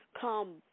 come